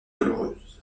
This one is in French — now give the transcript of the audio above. douloureuse